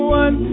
one